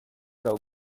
how